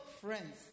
friends